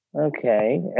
Okay